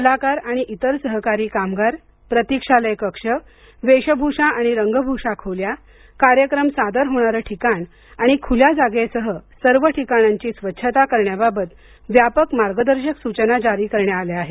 कलाकार आणि इतर सहकारी कामगार प्रतीक्षालय कक्ष वेशभूषा आणि रंगभूषा खोल्या कार्यक्रम सादर होणारे ठिकाण आणि खुल्या जागेसह सर्व ठिकाणांची स्वच्छता करण्याबाबत व्यापक मार्गदर्शक सूचना जारी करण्यात आल्या आहेत